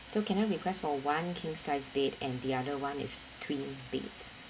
so can I request for one king size bed and the other [one] is twin bed